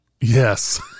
Yes